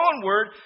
onward